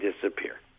disappear